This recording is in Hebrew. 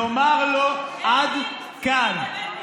לומר לו: עד כאן.